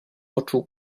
oczu